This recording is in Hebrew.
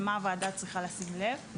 למה הוועדה צריכה לשים לב.